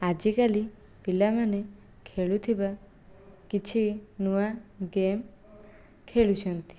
ଆଜିକାଲି ପିଲାମାନେ ଖେଳୁଥିବା କିଛି ନୂଆ ଗେମ୍ ଖେଳୁଛନ୍ତି